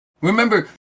remember